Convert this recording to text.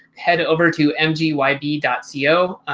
head over to mg why b dot ceo.